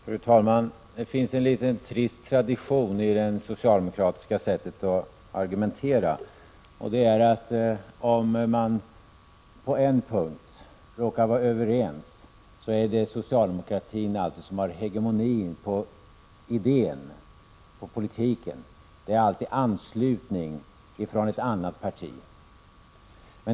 Fru talman! Det finns en liten trist tradition när det gäller det socialdemokratiska sättet att argumentera, nämligen att om man på en punkt råkar vara överens så är det alltid socialdemokratin som har hegemoni på idén och politiken. Det är alltid anslutning från ett annat parti.